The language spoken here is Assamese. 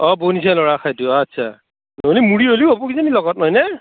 অঁ বনি চাউলৰ সেইটো আচ্ছা নহ'লে মুৰি ল'লেও হ'ব কিজানি লগত নহয়নে